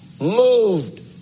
moved